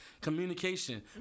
communication